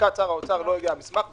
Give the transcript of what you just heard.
ללשכת שר האוצר לא הגיע המסמך.